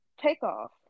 Takeoff